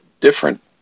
different